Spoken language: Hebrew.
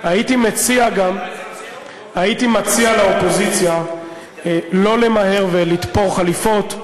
הייתי מציע לאופוזיציה לא למהר ולתפור חליפות.